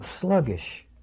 sluggish